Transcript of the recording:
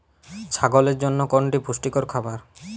ছাগলের জন্য কোনটি পুষ্টিকর খাবার?